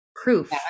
proof